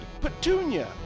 Petunia